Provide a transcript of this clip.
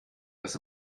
das